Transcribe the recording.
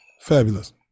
Fabulous